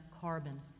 carbon